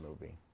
movie